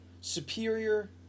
superior